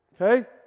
Okay